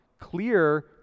clear